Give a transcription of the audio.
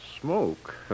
smoke